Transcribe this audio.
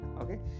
okay